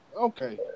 okay